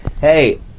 Hey